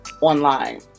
online